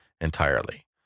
entirely